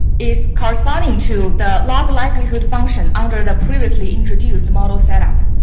is corresponding to the log likelihood function, out of the previously introduced model setup.